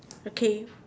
okay